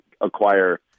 acquire